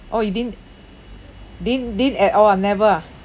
orh you didn't didn't didn't at all ah never ah